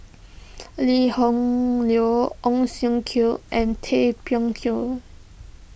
Lee Hoon Leong Ong Siong Kai and Tay Bak Koi